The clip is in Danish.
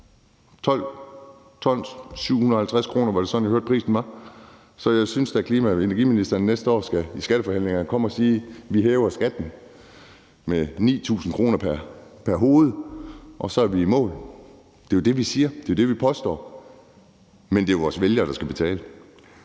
12 t gange 750 kr., var det sådan, jeg hørte prisen var? Jeg synes da, at klima- og energiministeren næste år i skatteforhandlingerne skal komme og sige: Vi hæver skatten med 9.000 kr. pr. hoved, og så er vi i mål. Det er jo det, vi siger; det er det, vi påstår. Men det er vores vælgere, der skal betale.